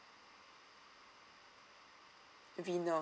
vinod